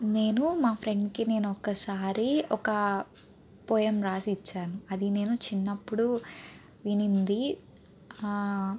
నేను మా ఫ్రెండ్కి నేను ఒకసారి ఒక పోయమ్ రాసి ఇచ్చాను అది నేను చిన్నప్పుడు విన్నది